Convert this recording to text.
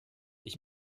ich